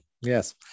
Yes